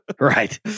Right